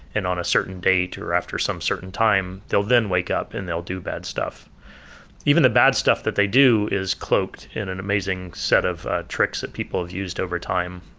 and on a certain date or after some certain time, they'll then wake up and they'll do bad stuff even the bad stuff that they do is cloaked in an amazing set of tricks that people have used over time.